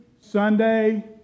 Sunday